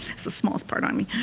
so smallest part on me.